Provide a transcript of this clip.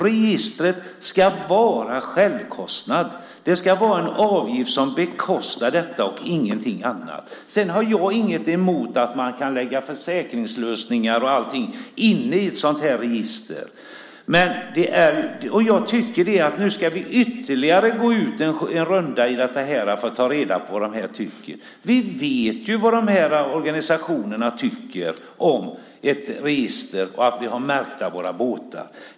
Registret ska bygga på självkostnad. Det ska vara en avgift som bekostar detta och ingenting annat. Sedan har jag ingenting mot att man lägger in försäkringslösningar och dylikt i ett sådant register. Nu ska man gå ytterligare en runda för att ta reda på vad alla tycker. Vi vet vad de här organisationerna tycker om ett register, om att ha våra båtar märkta.